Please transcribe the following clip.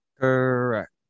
Correct